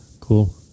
cool